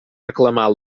reclamar